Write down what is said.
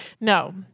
No